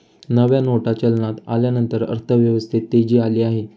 नव्या नोटा चलनात आल्यानंतर अर्थव्यवस्थेत तेजी आली आहे